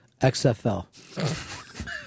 XFL